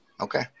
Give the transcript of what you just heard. okay